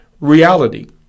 reality